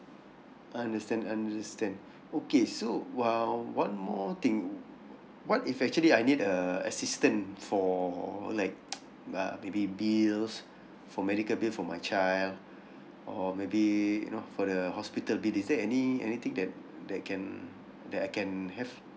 I understand understand okay so while one more thing what if actually I need a assistant for like uh maybe bills for medical bill for my child or maybe you know for the hospital bill is there any anything that that can that I can have